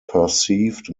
perceived